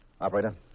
Operator